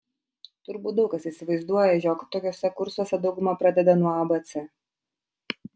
turbūt daug kas įsivaizduoja jog tokiuose kursuose dauguma pradeda nuo abc